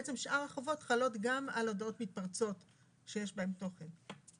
שאר החובות חלות גם על הודעות מתפרצות שיש בהן תוכן.